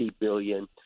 billion